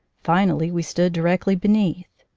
finally we stood di rectly beneath.